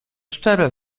szczere